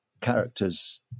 characters